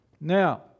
Now